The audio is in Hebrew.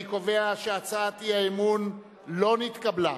אני קובע שהצעת האי-אמון לא נתקבלה.